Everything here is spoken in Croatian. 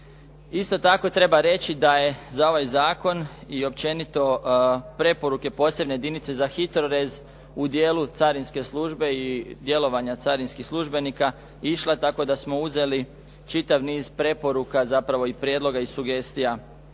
Isto tako, treba reći da je za ovaj zakon i općenito preporuke posebne jedinice za HITRORez u dijelu carinske službe i djelovanja carinskih službenika je išla tako da smo uzeli čitav niz preporuka, zapravo i prijedloga i sugestija